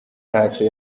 ntacyo